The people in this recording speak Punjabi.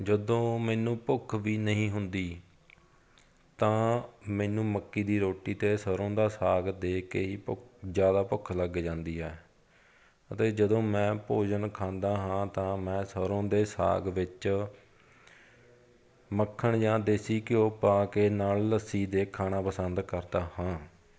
ਜਦੋਂ ਮੈਨੂੰ ਭੁੱਖ ਵੀ ਨਹੀਂ ਹੁੰਦੀ ਤਾਂ ਮੈਨੂੰ ਮੱਕੀ ਦੀ ਰੋਟੀ ਅਤੇ ਸਰ੍ਹੋਂ ਦਾ ਸਾਗ ਦੇਖ ਕੇ ਹੀ ਜ਼ਿਆਦਾ ਭੁੱਖ ਲੱਗ ਜਾਂਦੀ ਆ ਅਤੇ ਜਦੋਂ ਮੈਂ ਭੋਜਨ ਖਾਂਦਾ ਹਾਂ ਤਾਂ ਮੈਂ ਸਰ੍ਹੋਂ ਦੇ ਸਾਗ ਵਿੱਚ ਮੱਖਣ ਜਾਂ ਦੇਸੀ ਘਿਓ ਪਾ ਕੇ ਨਾਲ ਲੱਸੀ ਦੇ ਖਾਣਾ ਪਸੰਦ ਕਰਦਾ ਹਾਂ